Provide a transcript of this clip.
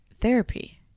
therapy